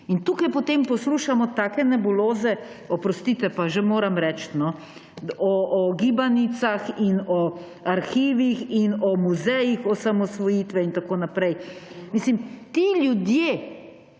In tukaj potem poslušamo take nebuloze, oprostite, pa že moram reči no, o gibanicah in o arhivih in o muzejih osamosvojitve in tako naprej. Mislim, ti ljudje